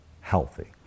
healthy